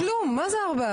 כלום, מה זה ארבעה?